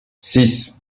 six